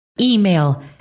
email